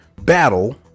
battle